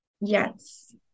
Yes